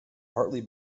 partly